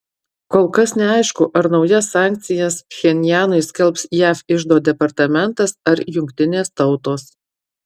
kol kas neaišku ar naujas sankcijas pchenjanui skelbs jav iždo departamentas ar jungtinės tautos